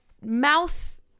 mouth